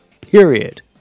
Period